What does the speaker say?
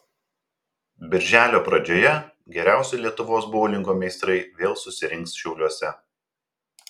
birželio pradžioje geriausi lietuvos boulingo meistrai vėl susirinks šiauliuose